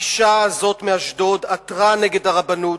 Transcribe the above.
האשה הזאת מאשדוד עתרה נגד הרבנות,